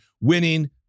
winning